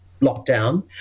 lockdown